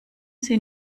sie